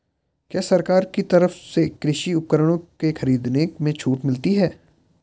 क्या सरकार की तरफ से कृषि उपकरणों के खरीदने में छूट मिलती है?